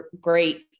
great